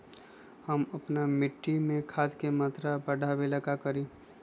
हम अपना मिट्टी में खाद के मात्रा बढ़ा वे ला का करी?